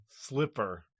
Slipper